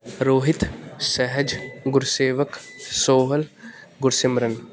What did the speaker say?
Rohit Sahaj Gursewak Sohal Gursimran